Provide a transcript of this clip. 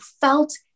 felt